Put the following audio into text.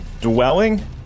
dwelling